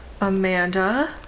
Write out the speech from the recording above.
Amanda